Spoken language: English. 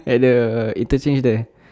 at the interchange there